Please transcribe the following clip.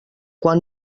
quan